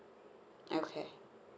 okay